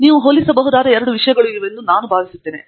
ನೀವು ಹೋಲಿಸಬಹುದಾದ ಎರಡು ವಿಷಯಗಳು ಇವು ಎಂದು ನಾನು ಭಾವಿಸುತ್ತೇನೆ